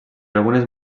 algunes